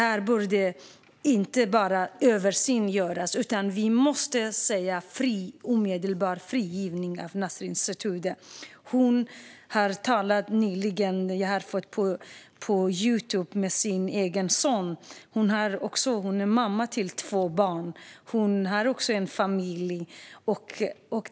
Här borde inte bara en översyn göras; vi måste kräva omedelbar frigivning av Nasrin Sotoudeh! Hon talade nyligen, har jag sett på Youtube, med sin son. Hon är mamma till två barn och har en familj.